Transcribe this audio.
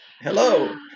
Hello